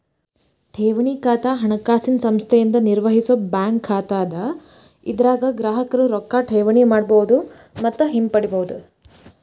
ಠೇವಣಿ ಖಾತಾ ಹಣಕಾಸಿನ ಸಂಸ್ಥೆಯಿಂದ ನಿರ್ವಹಿಸೋ ಬ್ಯಾಂಕ್ ಖಾತಾ ಅದ ಇದರಾಗ ಗ್ರಾಹಕರು ರೊಕ್ಕಾ ಠೇವಣಿ ಮಾಡಬಹುದು ಮತ್ತ ಹಿಂಪಡಿಬಹುದು